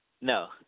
no